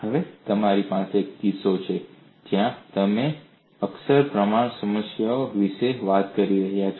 હવે તમારી પાસે કિસ્સો 1 છે જ્યાં તમે અક્ષરપ્રમાણ સમસ્યા વિશે વાત કરી રહ્યા છો